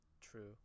True